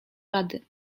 rady